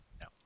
No